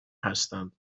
هستند